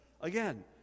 Again